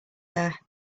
there